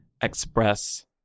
express